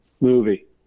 Movie